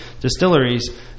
distilleries